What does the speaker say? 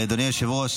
אדוני היושב-ראש,